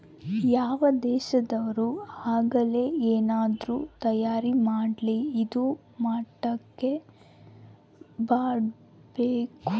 ಯಾವ್ ದೇಶದೊರ್ ಆಗಲಿ ಏನಾದ್ರೂ ತಯಾರ ಮಾಡ್ಲಿ ಇದಾ ಮಟ್ಟಕ್ ಮಾಡ್ಬೇಕು